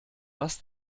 was